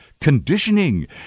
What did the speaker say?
Conditioning